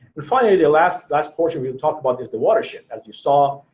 and finally the last last portion we'll talk about is the water shed. as you saw,